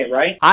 right